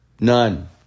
None